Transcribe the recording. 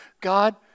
God